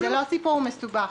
זה לא סיפור מסובך.